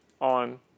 on